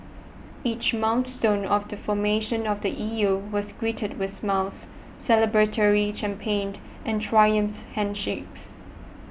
each milestone of the formation of the E U was greeted with smiles celebratory champagne and triumphant handshakes